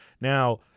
Now